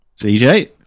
CJ